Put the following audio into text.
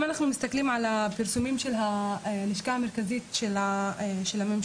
אם אנחנו מסתכלים על הפרסומים של הלשכה המרכזית של הממשלה,